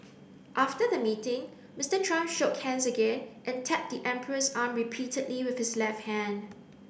after the meeting Mister Trump shook hands again and tapped the emperor's arm repeatedly with his left hand